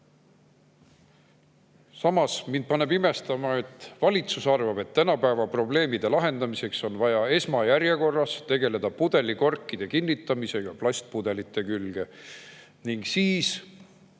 Samas mind paneb imestama, et valitsus arvab, et tänapäeva probleemide lahendamiseks on vaja esmajärjekorras tegeleda pudelikorkide kinnitamisega plastpudelite külge – vot siis